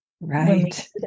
Right